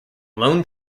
lone